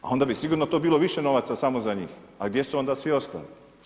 A onda bi sigurno to bilo više novaca samo za njih, a gdje su onda svi ostali.